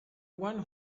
one